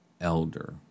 elder